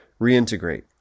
Reintegrate